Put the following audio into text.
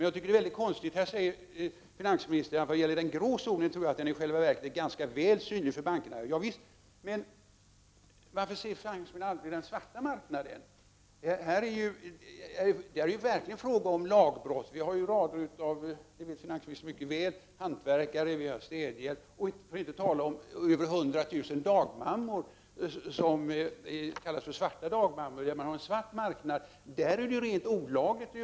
Jag tycker att det är mycket konstigt att finansministern bara tar upp den grå zonen och säger att den nog i själva verket är ganska väl synlig för bankerna. Varför säger finansministern aldrig något om den svarta marknaden? Där är det verkligen fråga om lagbrott. Som finansministern mycket väl vet finns det en svart marknad för hantverkare och städhjälp, för att inte tala om hundratusentals dagmammor. Där har man en svart marknad som är olaglig.